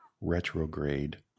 retrograde